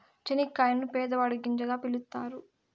చనిక్కాయలను పేదవాడి గింజగా పిలుత్తారు